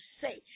say